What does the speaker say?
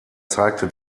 zeigte